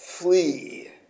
flee